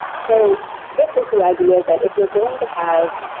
so this is the idea that if you are going to have